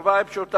התשובה היא פשוטה.